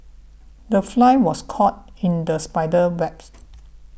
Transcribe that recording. the fly was caught in the spider's webs